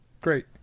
Great